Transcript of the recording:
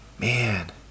Man